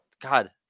god